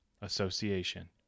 association